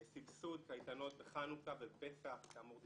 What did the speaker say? סבסוד קייטנות בחנוכה ובפסח, כאמור דיפרנציאלי.